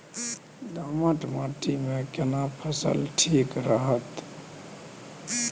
दोमट माटी मे केना फसल ठीक रहत?